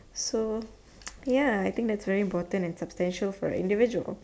so ya I think that's very important and substantial for individual